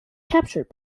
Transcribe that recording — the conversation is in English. captured